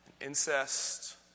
incest